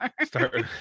Start